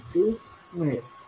9V2 मिळेल